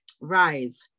rise